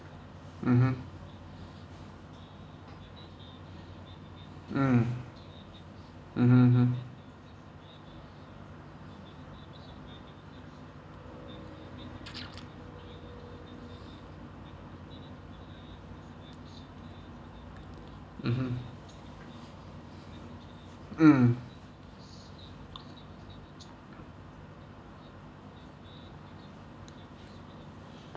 mmhmm mm mmhmm hmm mmhmm mm